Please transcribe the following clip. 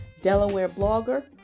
DelawareBlogger